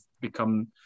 become